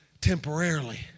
temporarily